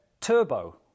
turbo